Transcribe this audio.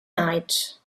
night